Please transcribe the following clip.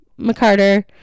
McCarter